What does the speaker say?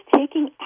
taking